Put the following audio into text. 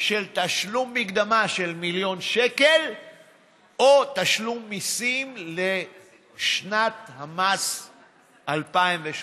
של תשלום מקדמה של מיליון שקל או תשלום מיסים לשנת המס 2018,